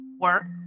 work